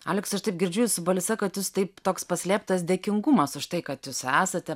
aleksai aš taip girdžiu jūsų balse kad jūs taip toks paslėptas dėkingumas už tai kad jūs esate